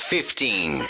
Fifteen